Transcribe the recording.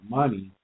money